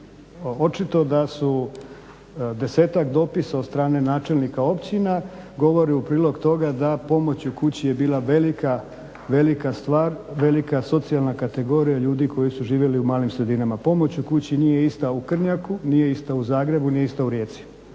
očito da su desetak dopisa od strane načelnika općina govori u prilog toga da pomoć u kući je bila velika stvar, velika socijalna kategorija ljudi koji su živjeli u malim sredinama. Pomoć u kući nije ista u Krnjaku, nije ista u Zagrebu, nije ista u Rijeci.